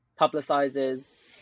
publicizes